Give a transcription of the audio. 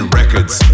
records